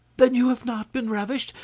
then you have not been ravished?